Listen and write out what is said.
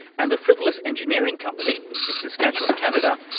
and the frivolous engineering company in saskatchewan, canada,